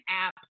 app